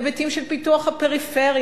היבטים של פיתוח הפריפריה.